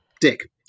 dick